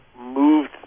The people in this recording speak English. moved